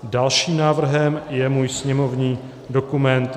Dalším návrhem je můj sněmovní dokument 6079.